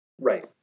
Right